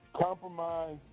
Compromise